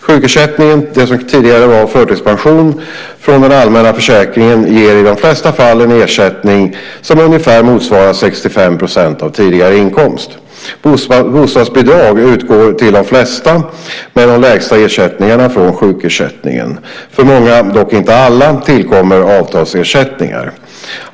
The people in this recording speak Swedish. Sjukersättning, det som tidigare var förtidspension, från den allmänna försäkringen ger i de flesta fall en ersättning som ungefär motsvarar 65 % av tidigare inkomst. Bostadsbidrag utgår till de flesta med de lägsta ersättningarna från sjukersättningen. För många - dock inte alla - tillkommer avtalsersättningar.